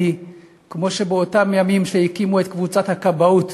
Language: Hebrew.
כי כמו שבאותם ימים הקימו את קבוצת הכבאות,